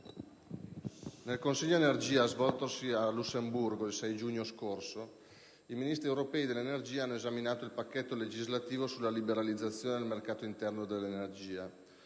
nel Consiglio energia, svoltosi a Lussemburgo il 6 giugno dello scorso anno, i Ministri europei dell'energia hanno esaminato il pacchetto legislativo sulla liberalizzazione del Mercato interno dell'energia.